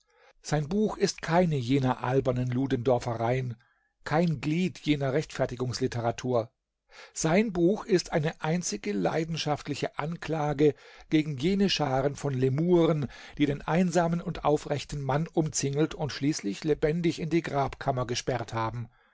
sein buch ist keine jener albernen ludendorffereien kein glied jener rechtfertigungsliteratur sein buch ist eine einzige leidenschaftliche anklage gegen jene scharen von lemuren die den einsamen und aufrechten mann umzingelt und schließlich lebendig in die grabkammer gesperrt haben